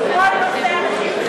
אבל כל נושא האנשים עם